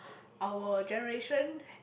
our generation